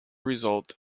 result